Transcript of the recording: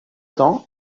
temps